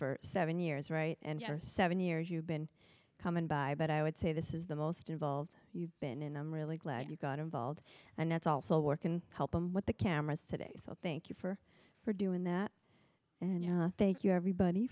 for seven years right and seven years you've been coming by but i would say this is the most involved you've been and i'm really glad you got involved and that's also work and help him with the cameras today so thank you for for doing that and thank you everybody